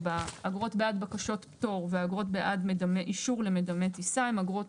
אגרות בעד בקשת פטור ואגרות בעד אישור למדמה טיסה הן אגרות